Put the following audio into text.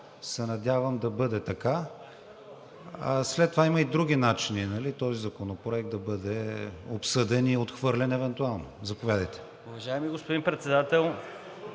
се надявам да бъде така. След това има и други начини този законопроект да бъде обсъден и отхвърлен, евентуално. Заповядайте. КРУМ ЗАРКОВ (БСП за